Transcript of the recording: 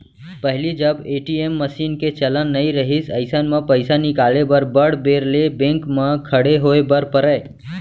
पहिली जब ATM machine के चलन नइ रहिस अइसन म पइसा निकाले बर बड़ बेर ले बेंक म खड़े होय बर परय